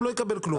הוא לא יקבל כלום.